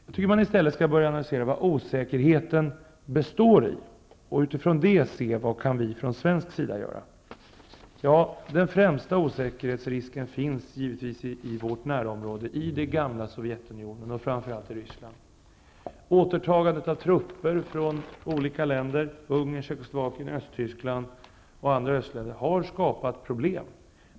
Jag tycker att man i stället skall börja analysera vad osäkerheten består i och utifrån det säga vad vi från svensk sida kan göra. Den främsta osäkerhetsrisken finns givetvis i vårt närområde, i det gamla Sovjetunionen och framför allt i Ungern, Tjeckoslovakien, Östtyskland och andra östländer -- har skapat problem.